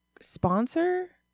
sponsor